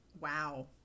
Wow